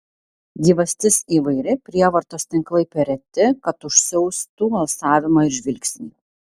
gyvastis įvairi prievartos tinklai per reti kad užsiaustų alsavimą ir žvilgsnį